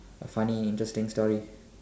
A funny interesting story